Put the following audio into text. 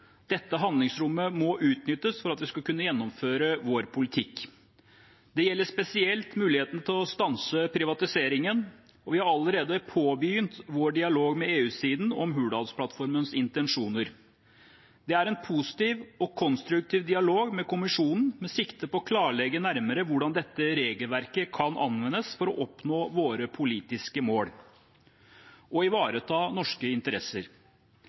Dette handlingsrommet må utnyttes for at vi skal kunne gjennomføre vår politikk. Det gjelder spesielt muligheten til å stanse privatiseringen, og vi har allerede påbegynt vår dialog med EU-siden om Hurdalsplattformens intensjoner. Det er en positiv og konstruktiv dialog med kommisjonen med sikte på å klarlegge nærmere hvordan dette regelverket kan anvendes for å oppnå våre politiske mål og ivareta norske interesser.